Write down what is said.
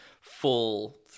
full